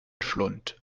schlund